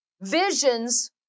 Visions